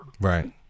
Right